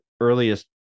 earliest